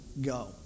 go